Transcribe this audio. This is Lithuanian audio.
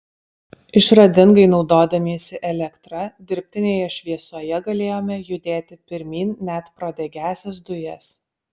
išradingai naudodamiesi elektra dirbtinėje šviesoje galėjome judėti pirmyn net pro degiąsias dujas